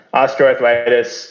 osteoarthritis